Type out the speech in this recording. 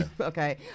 Okay